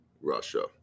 Russia